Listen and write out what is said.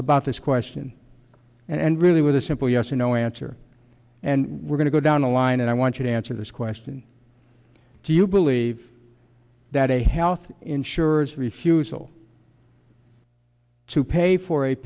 about this question and really with a simple yes or no answer and we're going to go down the line and i want you to answer this question do you believe that a health insurers refusal to pay for a